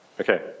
Okay